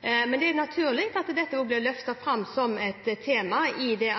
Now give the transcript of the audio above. Det er naturlig at dette også blir løftet fram som et tema i de